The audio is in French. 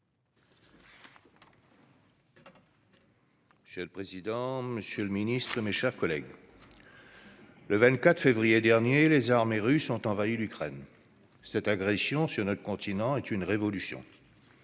Monsieur le président, monsieur le ministre, mes chers collègues, le 24 février dernier, les armées russes ont envahi l'Ukraine. Cette agression sur notre continent est une révolution.